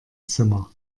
zimmer